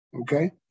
Okay